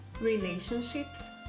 relationships